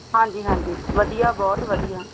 ਹਾਂਜੀ ਹਾਂਜੀ ਵਧੀਆ ਬਹੁਤ ਵਧੀਆ